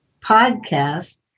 podcast